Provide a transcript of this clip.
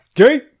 Okay